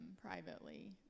privately